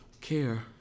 care